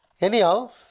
anyhow